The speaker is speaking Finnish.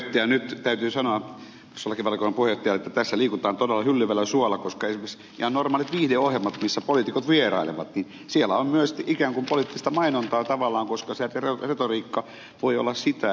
nyt täytyy sanoa perustuslakivaliokunnan puheenjohtajalle että tässä liikutaan todella hyllyvällä suolla koska esimerkiksi ihan normaaleissa viihdeohjelmissa joissa poliitikot vierailevat on myös ikään kuin poliittista mainontaa tavallaan koska retoriikka voi olla sitä